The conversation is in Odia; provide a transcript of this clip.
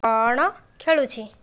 କ'ଣ ଖେଳୁଛି